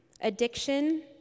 addiction